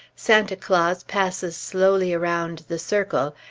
santa claus passes slowly around the circle,